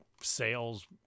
sales